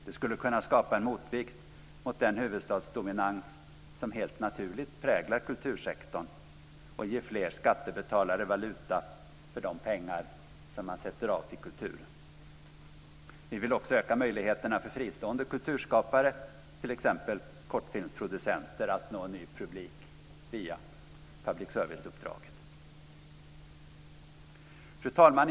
Det skulle kunna skapa en motvikt mot den huvudstadsdominans som helt naturligt präglar kultursektorn och ge fler skattebetalare valuta för de pengar som man sätter av till kulturen. Vi vill också öka möjligheten för fristående kulturskapare, t.ex. kortfilmsproducenter, att nå en ny publik via public service-uppdraget. Fru talman!